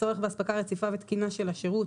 הצורך באספקה רציפה ותקינה של השירות